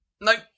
Nope